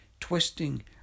twisting